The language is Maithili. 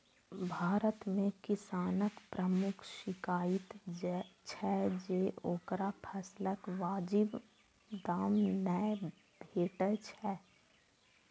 भारत मे किसानक प्रमुख शिकाइत छै जे ओकरा फसलक वाजिब दाम नै भेटै छै